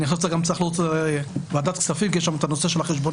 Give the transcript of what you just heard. אני צריך לרוץ עכשיו לוועדת הכספים כי יש שם את נושא החשבניות,